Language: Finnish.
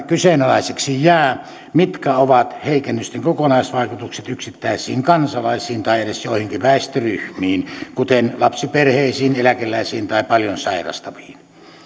kyseenalaiseksi jää mitkä ovat heikennysten kokonaisvaikutukset yksittäisiin kansalaisiin tai edes joihinkin väestöryhmiin kuten lapsiperheisiin eläkeläisiin tai paljon sairastaviin